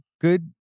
Good